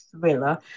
thriller